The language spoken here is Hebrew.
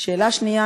שאלה שנייה